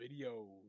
videos